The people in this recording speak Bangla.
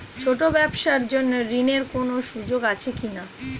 ছোট ব্যবসার জন্য ঋণ এর কোন সুযোগ আছে কি না?